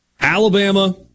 Alabama